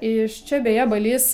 iš čia beje balys